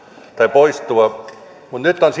poistua mutta nyt on